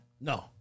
No